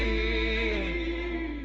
a